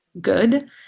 good